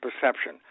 perception